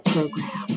Program